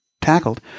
tackled